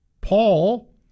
Paul